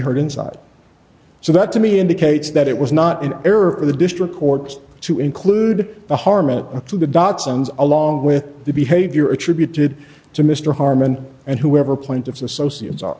heard inside so that to me indicates that it was not an error the district courts to include the harmony to the datsuns along with the behavior attributed to mr harmon and whoever plaintiff's associates